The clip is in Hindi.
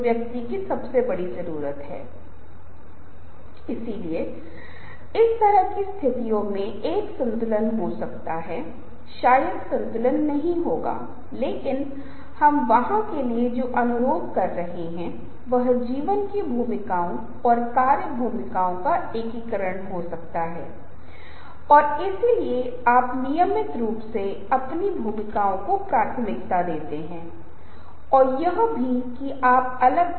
भाषा की तीव्रता कितनी तीव्र है यह आपको ठीक साबित करती है एक रूपक और मजबूत और विशद भाषा हो सकती है चित्रण उदाहरण ये अलग अलग भाषा से बेहतर काम करते हैं जो भाषा भावनात्मक है भी एक शक्तिशाली तरीके से काम करती है लोगों को मनाने के लिए क्योंकि बहुत बार संज्ञानात्मक पक्ष अनुनय करने के लिए होता है लेकिन भावनात्मक पक्ष बहुत ज्यादा मजबूत होता है पसंद और नापसंद भूमिका नेभाते है और तार्किक तर्क में भी उतना ही महत्वपूर्ण है जो अनुनय में एक महत्वपूर्ण भूमिका निभाता है और जब हम बात कर रहे हैं भाषा की तीव्रता की बात कर रहे हैं तो हम चीजों के भावनात्मक पक्ष के बारे में बात कर रहे हैं